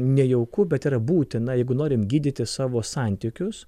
nejauku bet yra būtina jeigu norim gydyti savo santykius